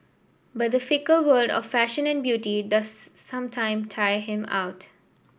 but the fickle world of fashion and beauty does sometime tire him out